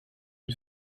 une